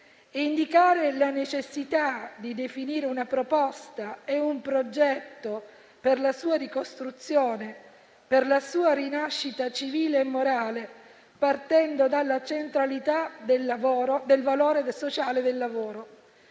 indicare la necessità di definire una proposta e un progetto per la sua ricostruzione, per la sua rinascita civile e morale, partendo (...) dalla centralità del valore del sociale del lavoro»;